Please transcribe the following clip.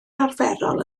arferol